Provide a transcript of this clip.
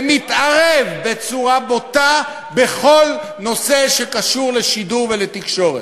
ומתערב בצורה בוטה בכל נושא שקשור לשידור ולתקשורת.